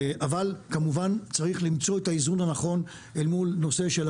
אבל כמובן שצריך למצוא את האיזון הנכון אל מול נושא אחר